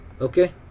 okay